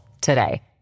today